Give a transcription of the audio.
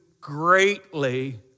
greatly